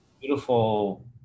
beautiful